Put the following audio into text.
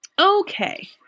okay